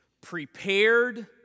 Prepared